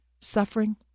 Suffering